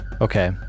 Okay